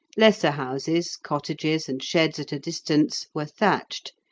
lesser houses, cottages, and sheds at a distance were thatched,